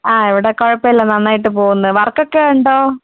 ആ ഇവിടെ കുഴപ്പമില്ല നന്നായിട്ട് പോകുന്ന് വർക്ക് ഒക്കെ ഉണ്ടോ